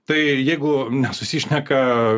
tai jeigu nesusišneka